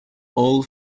all